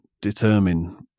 determine